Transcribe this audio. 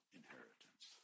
inheritance